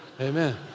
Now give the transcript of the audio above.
Amen